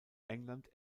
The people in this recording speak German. england